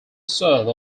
serve